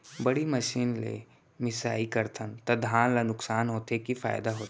बड़ी मशीन ले मिसाई करथन त धान ल नुकसान होथे की फायदा होथे?